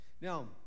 Now